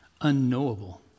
unknowable